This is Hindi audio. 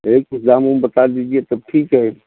यही कुछ दाम वाम बता दीजिए तब ठीक है